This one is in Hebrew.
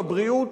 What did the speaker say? לבריאות,